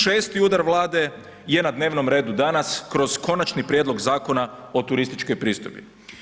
6. udar Vlade je na dnevnom redu danas kroz Konačni prijedlog Zakona o turističkoj pristojbi.